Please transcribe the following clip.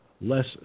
less